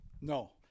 No